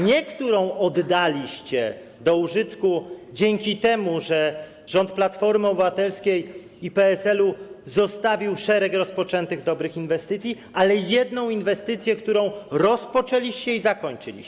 Nie, którą oddaliście do użytku dzięki temu, że rząd Platformy Obywatelskiej i PSL-u zostawił szereg rozpoczętych dobrych inwestycji, ale jedną, którą rozpoczęliście i zakończyliście.